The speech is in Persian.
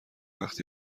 وقتی